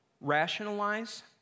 Rationalize